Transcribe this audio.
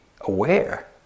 aware